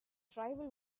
tribal